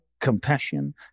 compassion